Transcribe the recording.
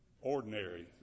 Ordinary